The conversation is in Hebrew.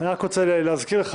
אני רק מזכיר לך,